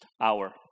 hour